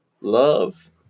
Love